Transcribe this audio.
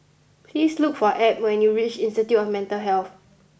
please look for Abb when you reach Institute of Mental Health